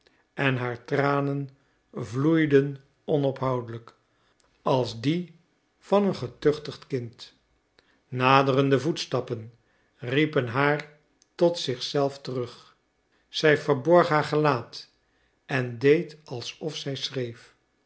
en haar tranen vloeiden onophoudelijk als die van een getuchtigd kind naderende voetstappen riepen haar tot zich zelf terug zij verborg haar gelaat en deed alsof zij schreef